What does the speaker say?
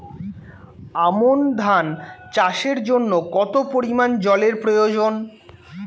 আমন ধান চাষের জন্য কত পরিমান জল এর প্রয়োজন?